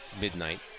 midnight